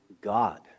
God